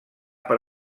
per